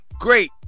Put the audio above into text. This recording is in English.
Great